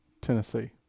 Tennessee